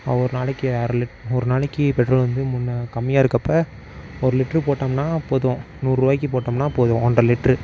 ஒரு நாளைக்கு அரை லிட் ஒரு நாளைக்கு பெட்ரோல் வந்து முன்னே கம்மியாக இருக்கறப்ப ஒரு லிட்ரு போட்டோம்னால் போதும் நூறுரூவாய்க்கி போட்டோம்னால் போதும் ஒன்றரை லிட்ரு